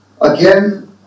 again